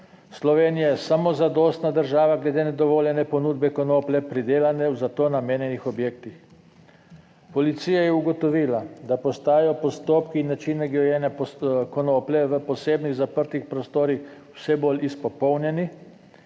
Slovenija je samozadostna država glede nedovoljene ponudbe konoplje, pridelane v za to namenjenih objektih. Policija je ugotovila, da postajajo postopki in načini grajenja konoplje v posebnih zaprtih prostorih vse bolj izpopolnjeni,